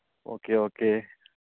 okay okay